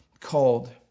called